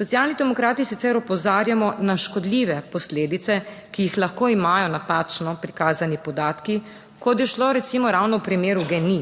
Socialni demokrati sicer opozarjamo na škodljive posledice, ki jih lahko imajo napačno prikazani podatki, kot je šlo recimo ravno v primeru GEN-I.